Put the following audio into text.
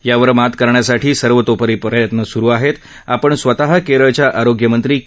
यावर मात करण्यासाठी सर्वतोपरी प्रयत्न सुरु आहेत आपण स्वतः केरळच्या आरोग्यमंत्री के